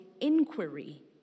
inquiry